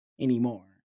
anymore